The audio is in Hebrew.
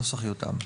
הנוסח יותאם.